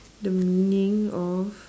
the meaning of